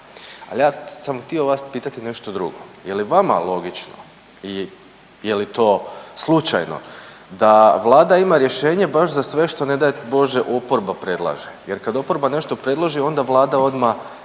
Ali ja sam htio vas pitati nešto drugo. Je li vama logično i je li to slučajno da Vlada ima rješenje baš za sve što ne daj Bože oporba predlaže jer kad oporba nešto predloži onda Vlada odmah